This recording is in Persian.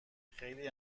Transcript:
خیلی